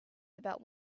about